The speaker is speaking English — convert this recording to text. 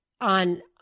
on